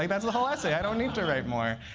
like that's the whole essay. i don't need to write more.